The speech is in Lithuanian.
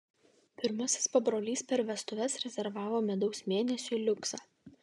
pirmasis pabrolys per vestuves rezervavo medaus mėnesiui liuksą